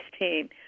team